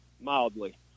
mildly